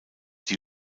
die